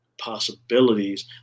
possibilities